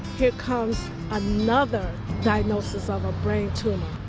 here comes another diagnosis of a brain tumor.